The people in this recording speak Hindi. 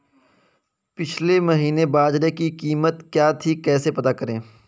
पिछले महीने बाजरे की कीमत क्या थी कैसे पता करें?